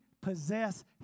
possess